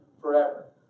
forever